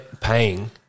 paying